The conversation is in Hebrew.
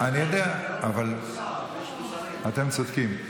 אתם צודקים.